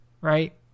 right